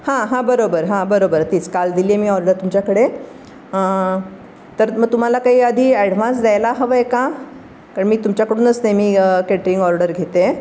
हां हां बरोबर हां बरोबर तीच काल दिली आहे मी ऑर्डर तुमच्याकडे तर मग तुम्हाला काही आधी ॲडव्हान्स द्यायला हवं आहे का कारण मी तुमच्याकडूनच नेहमी केटरिंग ऑर्डर घेते